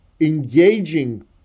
engaging